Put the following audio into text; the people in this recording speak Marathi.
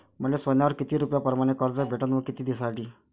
मले सोन्यावर किती रुपया परमाने कर्ज भेटन व किती दिसासाठी?